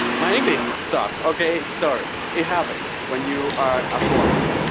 my english sucks, okay? sorry. it happens when you are a foreigner,